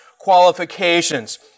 qualifications